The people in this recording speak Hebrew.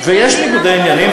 יש ניגודי עניינים,